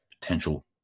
potential